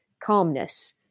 calmness